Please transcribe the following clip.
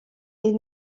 est